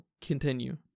continue